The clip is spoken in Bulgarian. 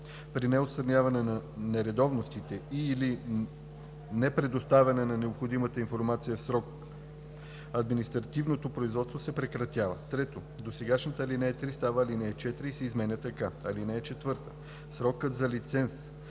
При неотстраняване на нередовностите и/или непредоставяне на необходимата информация в срок административното производство се прекратява.“ 3. Досегашната ал. 3 става ал. 4 и се изменя така: „(4) Срокът на лиценз